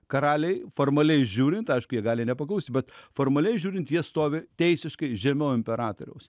karaliai formaliai žiūrint aišku jie gali nepaklusti bet formaliai žiūrint jie stovi teisiškai žemiau imperatoriaus